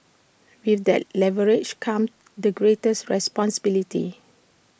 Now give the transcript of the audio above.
with that leverage comes the greatest responsibility